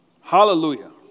Hallelujah